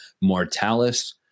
Mortalis